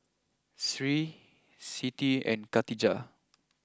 Sri Siti and Khatijah